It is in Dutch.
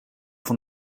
van